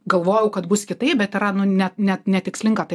galvojau kad bus kitaip bet yra nu net net netikslinga ta